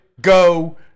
go